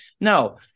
no